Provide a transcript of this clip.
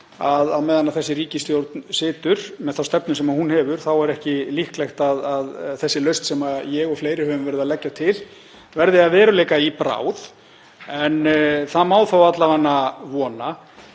að á meðan þessi ríkisstjórn situr, með þá stefnu sem hún hefur, þá er ekki líklegt að þessi lausn sem ég og fleiri höfum verið að leggja til verði að veruleika í bráð. En það má þó alla vega vona.